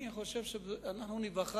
אני חושב שניווכח,